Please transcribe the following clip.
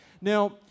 Now